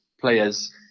players